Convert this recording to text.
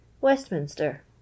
Westminster